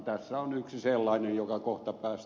tässä on yksi sellainen joka kohta taas